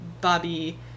Bobby